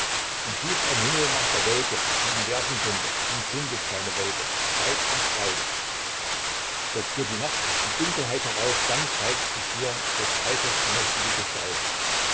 und sucht am himmel nach der wolke die ihn werfen könnte und findet keine wolke weit und breit doch führt die nacht die dunkelheit herauf dann zeigt sich dir des reiters mächtige gestalt